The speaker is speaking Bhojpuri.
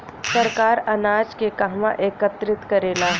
सरकार अनाज के कहवा एकत्रित करेला?